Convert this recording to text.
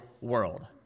world